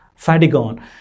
Fadigon